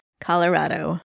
Colorado